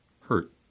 hurt